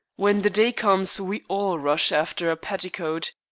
when the day comes we all rush after a petticoat.